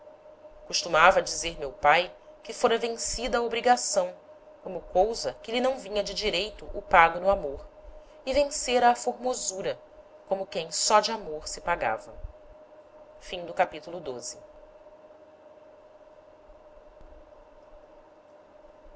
costumava dizer meu pae que fôra vencida a obrigação como cousa que lhe não vinha de direito o pago no amor e vencera a formosura como quem só de amor se pagava capitulo